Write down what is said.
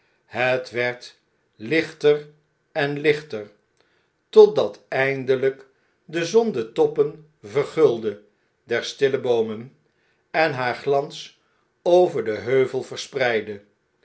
het werd lichter en lichter totdat eindelp de zon de toppen vergulde der stille boomen en haar glans over den heuvel verspreidde